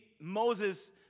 Moses